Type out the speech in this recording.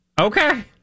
okay